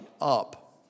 up